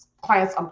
client's